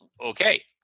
okay